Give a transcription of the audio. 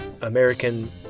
American